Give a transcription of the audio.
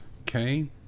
Okay